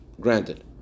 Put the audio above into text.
granted